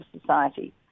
society